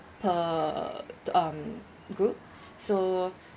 per um group so